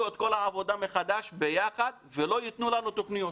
את כל העבודה מחדש ביחד ולא ייתנו לנו תכניות.